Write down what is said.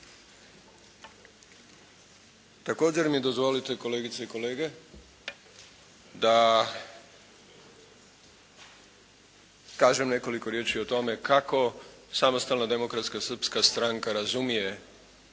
Također mi dozvolite kolegice i kolege da kažem nekoliko riječi o tome kako Samostalna demokratska srpska stranka razumije